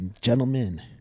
gentlemen